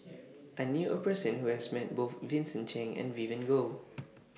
I knew A Person Who has Met Both Vincent Cheng and Vivien Goh